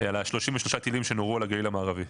על 33 הטילים שנורו על הגליל המערבי.